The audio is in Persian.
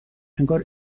انگار